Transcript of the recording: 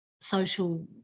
social